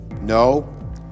No